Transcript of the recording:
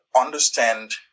understand